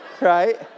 right